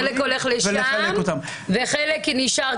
חלק הולך לשם וחלק נשאר כאן לעולים.